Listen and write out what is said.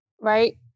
right